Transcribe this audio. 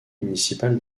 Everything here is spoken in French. municipal